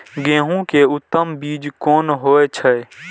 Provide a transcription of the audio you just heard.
गेंहू के उत्तम बीज कोन होय छे?